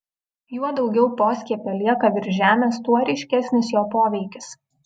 juo daugiau poskiepio lieka virš žemės tuo ryškesnis jo poveikis